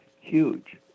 huge